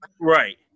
right